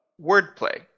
wordplay